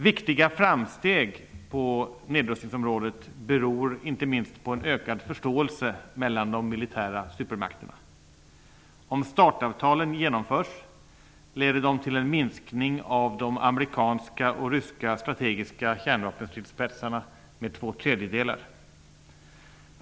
Viktiga framsteg på nedrustningsområdet beror inte minst på en ökad förståelse mellan de militära supermakterna. Om START-avtalen genomförs, leder det till en minskning av de amerikanska och ryska strategiska kärnvapenstridsspetsarna med två tredjedelar.